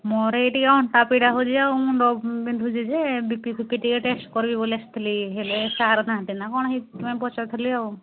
ମୋର ଟିକେ ଅଣ୍ଟା ପିଡ଼ା ହେଉଛି ଆଉ ମୁଣ୍ଡ ବିନ୍ଧୁଛି ଯେ ବି ପି ଫିପି ଟିକେ ଟେଷ୍ଟ କରିବି ବୋଲି ଆସିଥିଲି ହେଲେ ସାର୍ ନାହାନ୍ତି ନା କ'ଣ ହେଇଥିାଇଁ ପଚାରୁଥିଲି ଆଉ